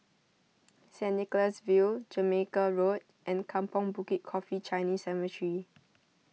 St Nicholas View Jamaica Road and Kampong Bukit Coffee Chinese Cemetery